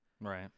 Right